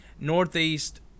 Northeast